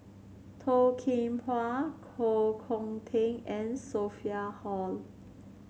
Toh Kim Hwa Koh Hong Teng and Sophia Hull